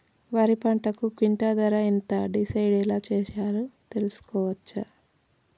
వరి పంటకు క్వింటా ధర ఎంత డిసైడ్ ఎలా చేశారు తెలుసుకోవచ్చా?